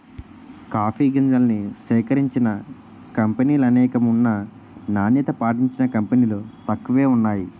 coffee గింజల్ని సేకరించిన కంపినీలనేకం ఉన్నా నాణ్యత పాటించిన కంపినీలు తక్కువే వున్నాయి